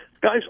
guys